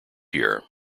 year